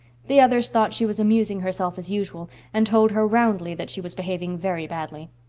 the others thought she was amusing herself as usual, and told her roundly that she was behaving very badly.